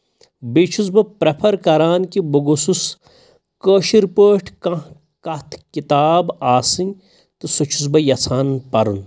بیٚیہِ چھُس بہٕ پرٛٮ۪فَر کَران کہِ بہٕ گوٚژھُس کٲشِر پٲٹھۍ کانٛہہ کَتھ کِتاب آسٕنۍ تہٕ سُہ چھُس بہٕ یژھان پَرُن